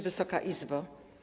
Wysoka Izbo!